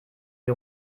die